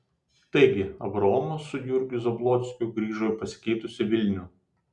taigi abraomas su jurgiu zablockiu grįžo į pasikeitusį vilnių